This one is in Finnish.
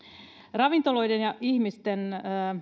ravintoloiden ja ihmisten